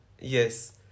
Yes